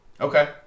Okay